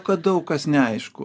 kad daug kas neaišku